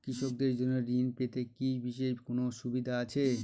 কৃষকদের জন্য ঋণ পেতে কি বিশেষ কোনো সুবিধা আছে?